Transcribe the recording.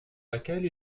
laquelle